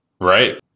Right